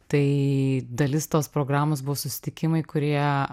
tai dalis tos programos buvo susitikimai kurie